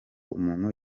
umuntu